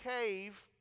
cave